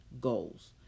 goals